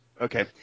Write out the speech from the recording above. Okay